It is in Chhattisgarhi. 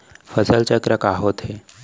फसल चक्र का होथे?